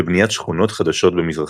ובניית שכונות חדשות במזרחה.